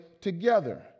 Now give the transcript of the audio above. together